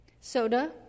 soda